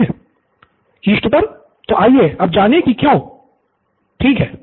pro बाला इष्टतम तो आइए अब जानें कि क्यों ठीक है